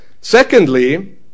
Secondly